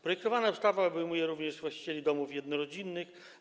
Projektowana ustawa obejmuje również właścicieli domów jednorodzinnych.